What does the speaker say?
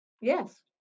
yes